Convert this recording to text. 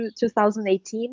2018